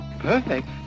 Perfect